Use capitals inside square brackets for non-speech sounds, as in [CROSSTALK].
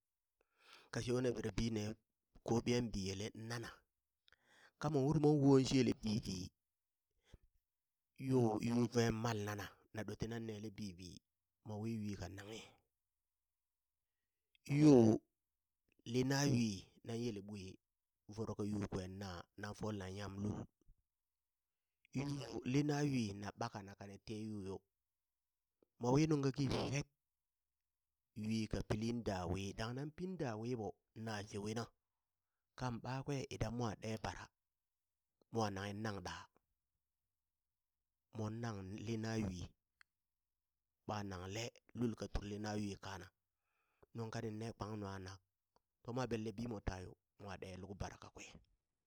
Ka sheewna berbi ne kobiyan biyelen nana ka mon uri mon shi yel bibi yo [NOISE] yu kwe malnana na ɗot tinan nele bibi mowi yu ka nanghe, yo [NOISE] linayui nan yele ɓwi voro ka yu kwen naa naŋ folna nyam lul yo [NOISE] lina yui na baka na kane te yu yo mowi nung kaki [NOISE] fek yui ka pilin da wii dang nan pin da wii ɓo na shewena kan ɓakwe idan mwa ɗe bara mo nanghen nang ɗa mon nang lina yui ɓa nangle lul ka turi lina yui kana nuŋ kaninne kpang nungka nak tomwa belle bimo tayo, mwa ɗen luk bara kakwe.